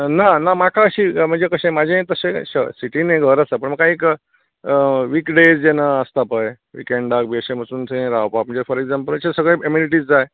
ना ना म्हाका अशी म्हणजे कशें म्हाजें तशें श सिटीन घर आसा पूण म्हाका एक वीक डेज जेन्ना आसता पय विकेंडाक बीन अशें वचून थंय रावपा म्हणजे फॉर एग्जांपल अशें सगळे एमिनीटीज जाय